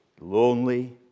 Lonely